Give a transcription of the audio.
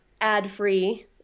ad-free